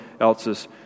else's